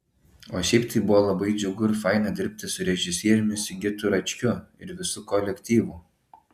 o šiaip tai buvo labai džiugu ir faina dirbti su režisieriumi sigitu račkiu ir visu kolektyvu